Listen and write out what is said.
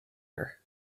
her